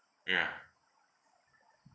ya